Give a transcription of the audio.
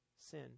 sin